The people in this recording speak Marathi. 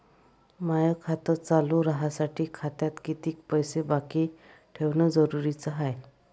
माय खातं चालू राहासाठी खात्यात कितीक पैसे बाकी ठेवणं जरुरीच हाय?